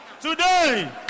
today